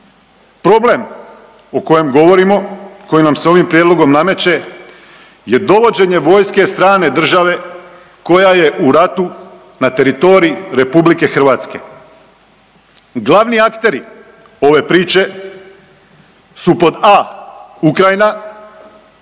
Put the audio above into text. Problem o kojem govorimo, koji nam se ovim prijedlogom nameće je dovođenje vojske strane države koja je u ratu na teritorij RH. Glavni akteri ove priče su pod a) Ukrajina,